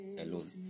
alone